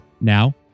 Now